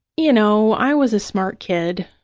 you know, i was a smart kid,